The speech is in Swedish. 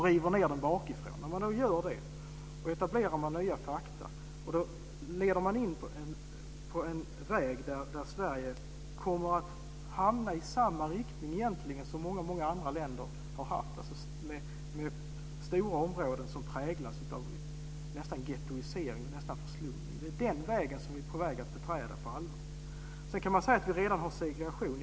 På det sättet etablerar man nya förhållanden och kommer in på en väg där Sverige går i samma riktning som många andra länder med stora områden som närmast präglas av gettoisering och förslumning. Vi är på väg att på allvar beträda den vägen. Man kan säga att vi redan har segregation.